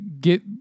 get